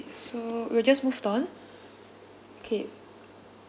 so we'll just move on okay